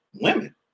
women